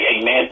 Amen